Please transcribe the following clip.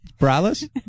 braless